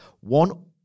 one